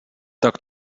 tak